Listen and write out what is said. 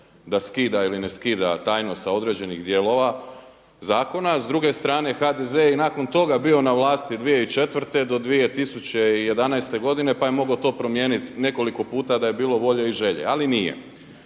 da skida ili ne skida tajnost sa određenih dijelova zakona. S druge strane HDZ je i nakon toga bio na vlasti 2004. do 2011. godine pa je mogao to promijeniti nekoliko puta da je bilo volje i želje. Ali nije.